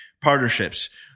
Partnerships